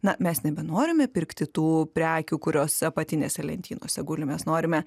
na mes nebenorime pirkti tų prekių kurios apatinėse lentynose guli mes norime